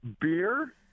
Beer